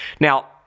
Now